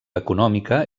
econòmica